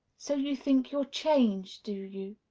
so you think you're changed, do you?